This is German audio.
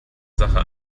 sache